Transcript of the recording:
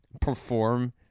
perform